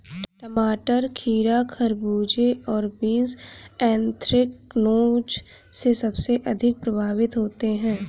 टमाटर, खीरा, खरबूजे और बीन्स एंथ्रेक्नोज से सबसे अधिक प्रभावित होते है